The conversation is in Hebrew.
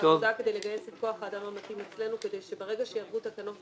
בעבודה כדי לגייס את כוח האדם המתאים אצלנו כדי שברגע שיעברו התקנות,